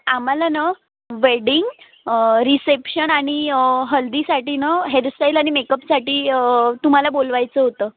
आम्हाला न wedding reception आणि हल्दीसाठी ना हेअरस्टाईल आणि मेकअपसाठी तुम्हाला बोलवायचं होतं